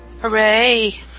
Hooray